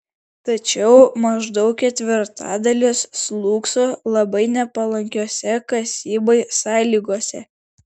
tačiau maždaug ketvirtadalis slūgso labai nepalankiose kasybai sąlygose